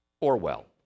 Orwell